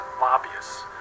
lobbyists